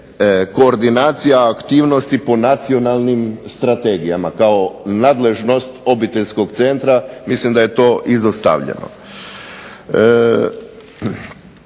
koordinacija aktivnosti po nacionalnim strategijama, kao nadležnost obiteljskog centra mislim da je to izostavljeno.